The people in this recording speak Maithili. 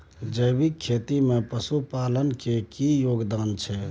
जैविक खेती में पशुपालन के की योगदान छै?